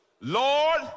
Lord